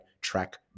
track